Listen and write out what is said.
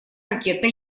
ракетно